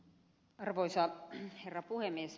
arvoisa herra puhemies